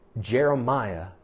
Jeremiah